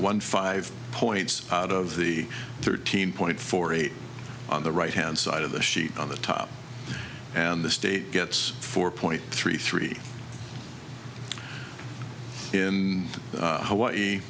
one five points out of the thirteen point four eight on the right hand side of the sheet on the top and the state gets four point three three in hawaii